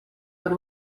per